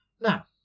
Now